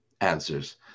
answers